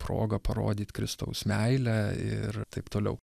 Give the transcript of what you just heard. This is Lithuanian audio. proga parodyt kristaus meilę ir taip toliau